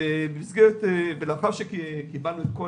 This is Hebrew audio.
לאחר שקיבלנו את כל